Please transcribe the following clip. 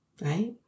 right